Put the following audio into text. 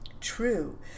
True